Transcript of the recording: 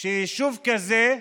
שיישוב כזה,